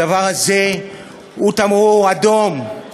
הדבר הזה הוא תמרור אדום.